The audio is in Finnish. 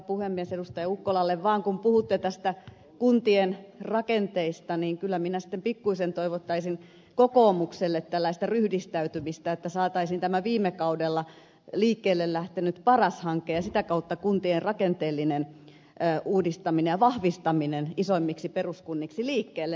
ukkolalle vaan se että kun puhuitte kuntien rakenteista niin kyllä minä sitten pikkuisen toivottaisin kokoomukselle tällaista ryhdistäytymistä niin että saataisiin tämä viime kaudella liikkeelle lähtenyt paras hanke ja sitä kautta kuntien rakenteellinen uudistaminen ja vahvistaminen isommiksi peruskunniksi liikkeelle